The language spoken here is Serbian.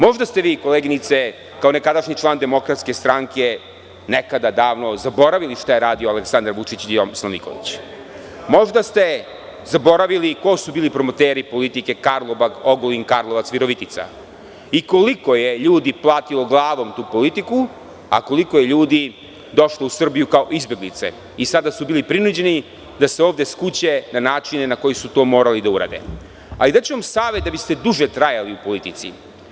Možda ste vi, koleginice, kao nekadašnji član DS nekada davno, zaboravili šta je radio Aleksandar Vučić ili Tomislav Nikolić, možda ste zaboravili ko su bili promoteri politike Karlobag-Ogulin-Karlovac-Virovitica i koliko je ljudi platilo glavom tu politiku, a koliko je ljudi došlo u Srbiju kao izbeglice i sada su bili prinuđeni da se ovde skuće na načine na koje su to morali da urade, ali daću vam savet da biste duže trajali u politici.